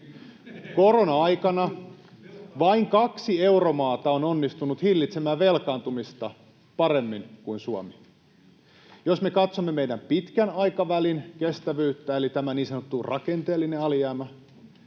Korona-aikana vain kaksi euromaata on onnistunut hillitsemään velkaantumista paremmin kuin Suomi. Jos me katsomme meidän pitkän aikavälin kestävyyttämme, eli tätä niin sanottua rakenteellista alijäämää,